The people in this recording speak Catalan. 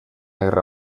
guerra